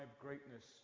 Greatness